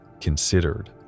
considered